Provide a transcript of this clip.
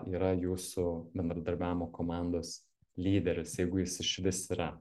yra jūsų bendradarbiavimo komandos lyderis jeigu jis išvis yra